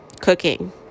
cooking